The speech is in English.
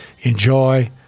Enjoy